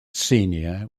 senior